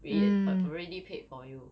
paid it already paid for you